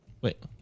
Wait